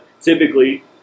typically